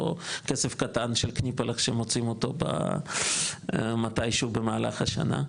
לא כסף קטן של קניפלך שמוצאים אותו מתישהו במהלך השנה.